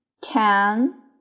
ten